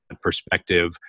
perspective